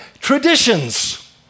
traditions